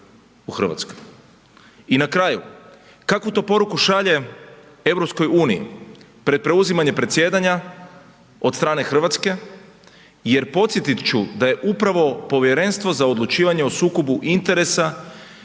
I na kraju, kakvu to poruku šalje EU pred preuzimanje predsjedanja od strane Hrvatske jer podsjetit ću da je upravo Povjerenstvo za odlučivanje o sukobu interesa